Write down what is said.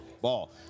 ball